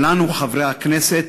שלנו, חברי הכנסת,